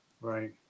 Right